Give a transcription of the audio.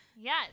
Yes